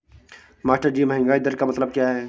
मास्टरजी महंगाई दर का मतलब क्या है?